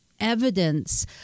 evidence